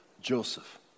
Joseph